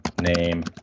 name